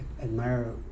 admire